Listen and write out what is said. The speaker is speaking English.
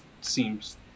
seems